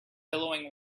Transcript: billowing